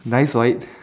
nice right